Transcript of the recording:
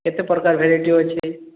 କେତେ ପ୍ରକାର ଭେରାଇଟି ଅଛି